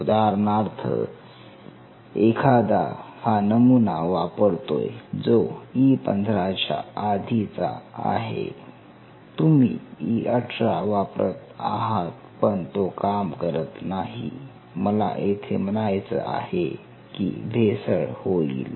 उदाहरणार्थ एखादा हा नमुना वापरतोय जो E15 च्या आधीच आहे तुम्ही E18 वापरत आहात पण तो काम करत नाही मला येथे म्हणायचं आहे की भेसळ होईल